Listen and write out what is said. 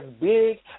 big